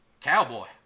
Cowboy